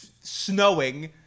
snowing